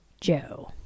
Joe